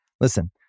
Listen